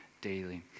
daily